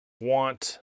want